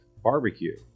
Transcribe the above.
barbecue